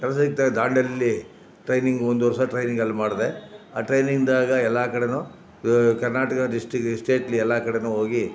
ಕೆಲಸ ಸಿಕ್ತಂಗೆ ದಾಂಡೇಲಿಯಲ್ಲಿ ಟ್ರೈನಿಂಗಿಗೆ ಒಂದು ವರ್ಷ ಟ್ರೈನಿಂಗ್ ಅಲ್ಲಿ ಮಾಡಿದೆ ಆ ಟ್ರೈನಿಂಗಿದಾಗ ಎಲ್ಲ ಕಡೆಯೂ ಕರ್ನಾಟಕ ಡಿಸ್ಟ್ರಿಕ್ಟ್ ಸ್ಟೇಟಲ್ಲಿ ಎಲ್ಲ ಕಡೆಯೂ ಹೋಗಿ